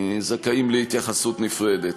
זכאים להתייחסות נפרדת.